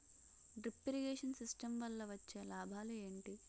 Drip irrigation system వల్ల వచ్చే లాభాలు ఏంటి?